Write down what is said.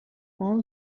all